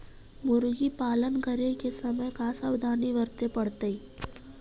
मुर्गी पालन करे के समय का सावधानी वर्तें पड़तई?